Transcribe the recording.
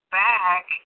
back